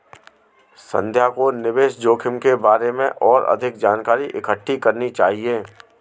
संध्या को निवेश जोखिम के बारे में और अधिक जानकारी इकट्ठी करनी चाहिए